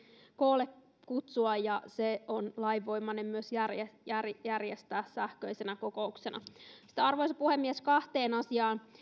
koolle kutsua ja se on lainvoimainen myös järjestää sähköisenä kokouksena sitten arvoisa puhemies kahteen asiaan